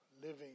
Living